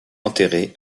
enterré